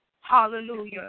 Hallelujah